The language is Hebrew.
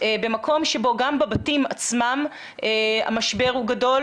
במקום שבו גם בבתים עצמם הוא גדול,